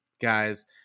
guys